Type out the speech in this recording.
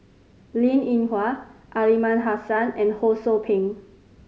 Linn In Hua Aliman Hassan and Ho Sou Ping